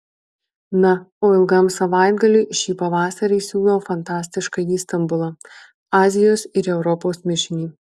na o ilgam savaitgaliui šį pavasarį siūlau fantastiškąjį stambulą azijos ir europos mišinį